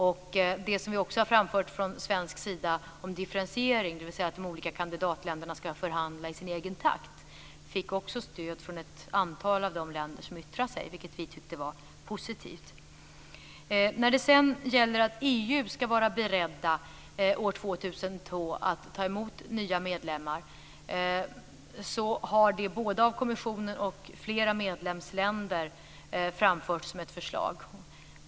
Från svensk sida har vi även fört fram differentiering, dvs. att de olika kandidatländerna ska förhandla i sin egen takt. Det fick också stöd från ett antal av de länder som yttrade sig, vilket vi tyckte var positivt. När det sedan gäller frågan om att man i EU år 2000 ska vara beredd att ta emot nya medlemmar har det av både kommissionen och flera medlemsländer framförts som ett förslag.